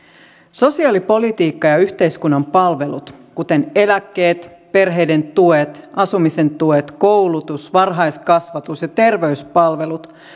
sosiaalipolitiikka ja yhteiskunnan palvelut kuten eläkkeet perheiden tuet asumisen tuet koulutus varhaiskasvatus ja terveyspalvelut